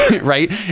Right